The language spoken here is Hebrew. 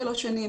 שלוש שנים,